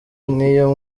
niyo